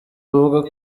buvuga